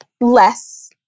less